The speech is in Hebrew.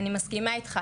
אני מסכימה איתך.